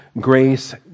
grace